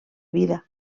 vida